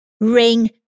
Ring